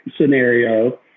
scenario